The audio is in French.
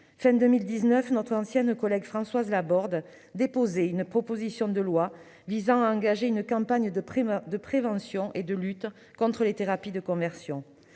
2019, notre ancienne collègue Françoise Laborde avait déposé une proposition de loi visant à engager une campagne de prévention et de lutte contre les thérapies de conversion.